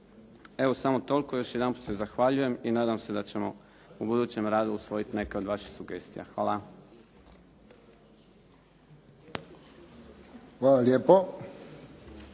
Evo, samo toliko. Još jedanput se zahvaljujem i nadam se da ćemo u budućem radu usvojiti neke od vaših sugestija. Hvala. **Friščić,